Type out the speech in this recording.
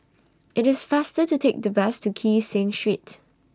IT IS faster to Take The Bus to Kee Seng Street